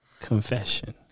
Confession